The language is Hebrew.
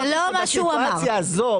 אמרתי שבסיטואציה הזאת,